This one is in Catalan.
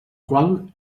qual